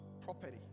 property